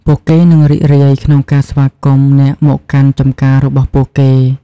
ពួកគេនឹងរីករាយក្នុងការស្វាគមន៍អ្នកមកកាន់ចម្ការរបស់ពួកគេ។